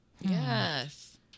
Yes